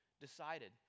decided